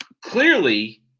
Clearly